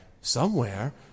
somewhere